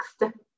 next